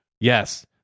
yes